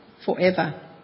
forever